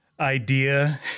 Idea